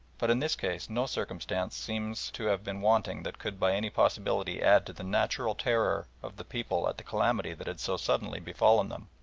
but in this case no circumstance seems to have been wanting that could by any possibility add to the natural terror of the people at the calamity that had so suddenly befallen them.